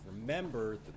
Remember